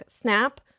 snap